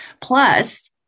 Plus